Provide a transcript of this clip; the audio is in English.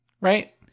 Right